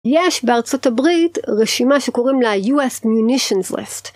יש בארצות הברית רשימה שקוראים לה U.S. Munitions List.